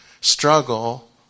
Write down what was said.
struggle